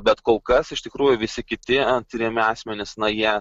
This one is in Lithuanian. bet kol kas iš tikrųjų visi kiti tiriami asmenys na jie